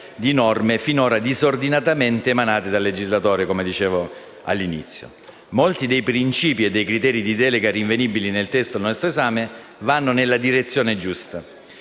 di norme finora disordinatamente emanate dal legislatore, come dicevo all'inizio. Molti dei principi e dei criteri di delega rinvenibili nel testo al nostro esame vanno nella direzione giusta.